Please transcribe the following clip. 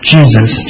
Jesus